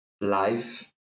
life